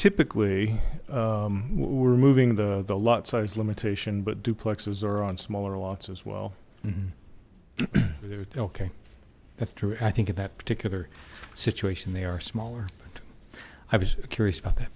typically we're moving the the lot size limitation but duplexes are on smaller lots as well mm hmm okay that's true i think in that particular situation they are smaller but i was curious about that